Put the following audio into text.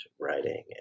writing